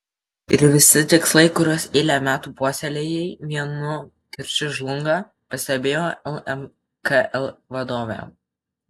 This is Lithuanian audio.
ir visi tikslai kuriuos eilę metų puoselėjai vienu kirčiu žlunga pastebėjo lmkl vadovė